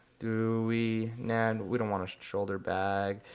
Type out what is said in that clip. do we, nah, and we don't want a shoulder bag.